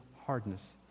hardness